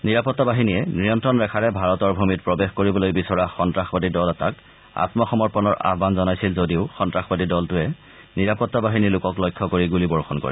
নিৰাপতা বাহিনীয়ে নিয়ন্ত্ৰণৰেখাৰে ভাৰতৰ ভূমিত প্ৰৱেশ কৰিবলৈ বিচৰা সন্তাসবাদীৰ দল এটাক আম্মসমৰ্পণৰ আহান জনাইছিল যদিও সন্তাসবাদী দলটোৱে নিৰাপতা বাহিনীৰ লোকক লক্ষ্য কৰি গুলীবৰ্ষণ কৰে